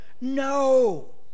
No